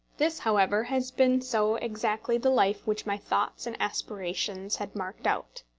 this, however, has been so exactly the life which my thoughts and aspirations had marked out